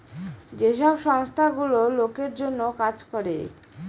যে সব সংস্থা গুলো লোকের জন্য কাজ করে